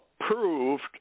approved